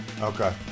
Okay